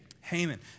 Haman